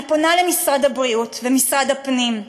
אני פונה למשרד הבריאות ומשרד הפנים: